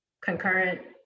concurrent